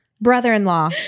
Brother-in-law